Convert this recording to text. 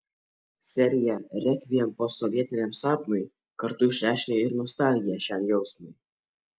serija rekviem posovietiniam sapnui kartu išreiškia ir nostalgiją šiam jausmui